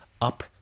up